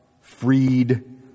freed